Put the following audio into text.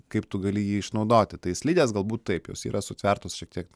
kaip tu gali jį išnaudoti tai slidės galbūt taip jos yra sutvertos šiek tiek